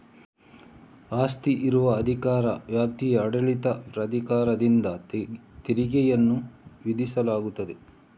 ಆಸ್ತಿ ಇರುವ ಅಧಿಕಾರ ವ್ಯಾಪ್ತಿಯ ಆಡಳಿತ ಪ್ರಾಧಿಕಾರದಿಂದ ತೆರಿಗೆಯನ್ನು ವಿಧಿಸಲಾಗುತ್ತದೆ